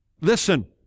Listen